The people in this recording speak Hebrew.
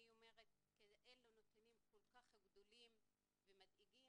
אומרת שאלה נתונים כל כך גבוהים ומדאיגים.